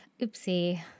Oopsie